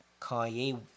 Kanye